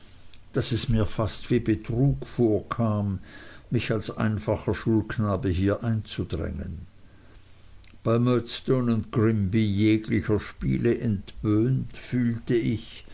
daß es mir fast wie betrug vorkam mich als einfacher schulknabe hier einzudrängen bei murdstone grinby jeglicher spiele entwöhnt fühlte ich